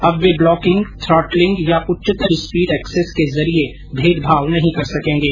अब वे blocking throttling या उच्चतर स्पीड एक्सेस के जरिए भेदभाव नहीं कर सकेंगे